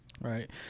right